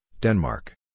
Denmark